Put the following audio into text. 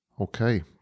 Okay